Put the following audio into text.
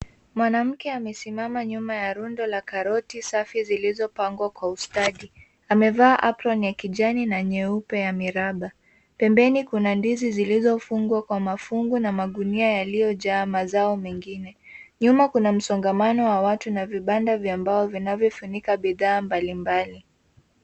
Mwanamke amesimama nyuma ya rundo la karoti safi zilizopangwa kwa ustadi . Amevaa apron ya kijani na nyeupe ya miraba. Pembeni kuna ndizi zilizofungwa kwa mafungo na magunia yaliyojaa mazao mengine. Nyuma kuna msongamano wa watu na vibanda vya mbao vinavyofunika bidhaa mbalimbali.